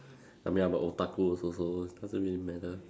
I mean I'm a otaku also so doesn't really matter